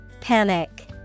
Panic